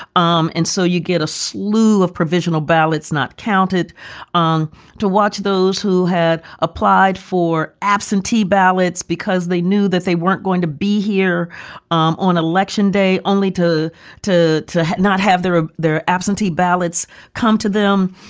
um and so you get a slew of provisional ballots not counted on to watch those who had applied for absentee ballots because they knew that they weren't going to be here um on election day, only to to to not have their ah their absentee ballots come to them.